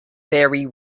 fairy